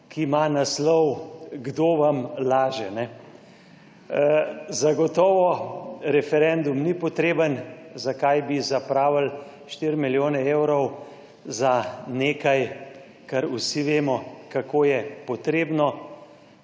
ki ima naslov Kdo vam laže. Zagotovo referendum ni potreben. Zakaj bi zapravili 4 milijone evrov za nekaj, za kar vsi vemo, kako je potrebno,